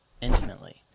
intimately